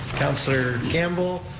councilor campbell,